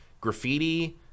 graffiti